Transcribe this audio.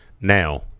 Now